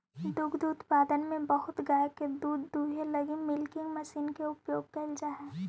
दुग्ध उत्पादन में बहुत गाय के दूध दूहे लगी मिल्किंग मशीन के उपयोग कैल जा हई